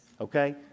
Okay